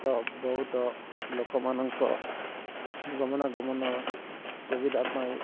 ତ ବହୁତ ଲୋକମାନଙ୍କ ଗମନା ଗମନ ସୁବିଧା ପାଇଁ